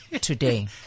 Today